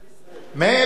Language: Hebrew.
סליחה.